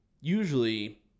usually